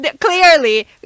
clearly